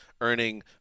earning